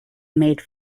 made